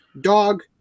dog